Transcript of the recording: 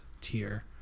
tier